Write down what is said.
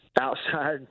outside